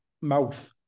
mouth